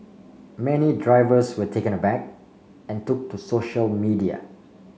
many drivers were taken aback and took to social media